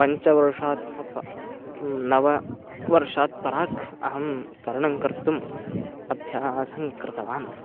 पञ्चवर्षात् अथवा किं नववर्षात् प्राक् अहं तरणं कर्तुम् अभ्यासं कृतवान्